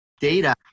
data